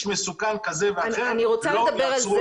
מסוכן כזה או אחר לא יעצרו אותנו מלפעול.